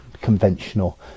conventional